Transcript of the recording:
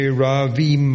ravi